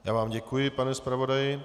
Já vám děkuji, pane zpravodaji.